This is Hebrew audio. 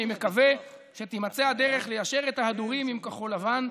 אני מקווה שתימצא הדרך ליישר את ההדורים עם כחול לבן.